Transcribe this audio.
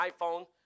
iPhone